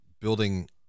building